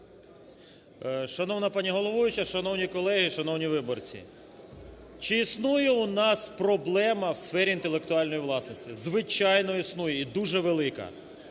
Шановна пані головуюча, шановні колеги, шановні виборці! Чи існує у нас проблема у сфері інтелектуальної власності? Звичайно, існує і дуже велика.